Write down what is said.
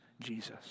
Jesus